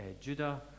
Judah